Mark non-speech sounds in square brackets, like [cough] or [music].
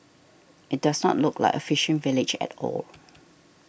it does not look like a fishing village at all [noise]